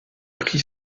prit